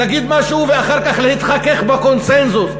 להגיד משהו ואחר כך להתחכך בקונסנזוס,